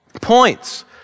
points